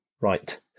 right